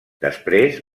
després